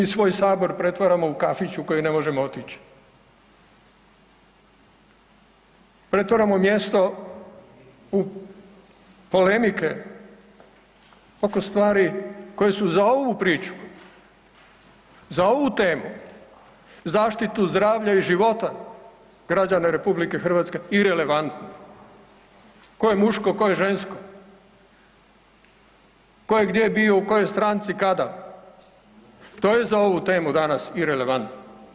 Mi svoj Sabor pretvaramo u kafić u koji ne možemo otić, pretvaramo mjesto u polemike oko stvari koje su za ovu priču za ovu temu zaštitu zdravlja i života građana RH irelevantni, tko je muško, tko je žensko, tko je gdje bio u kojoj stranci, kada, to je za ovu temu danas irelevantno.